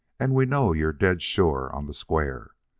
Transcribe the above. and we know you're dead sure on the square.